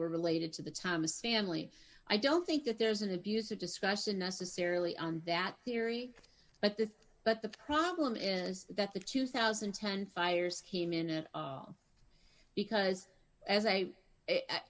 were related to the thomas family i don't think that there's an abusive discussion necessarily on that theory but the but the problem is that the two thousand and ten fires him in an all because as